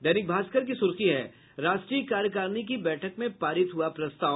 दैनिक भास्कर की सुर्खी है राष्ट्रीय कार्यकारिणी की बैठक में पारित हुआ प्रस्ताव